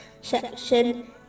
section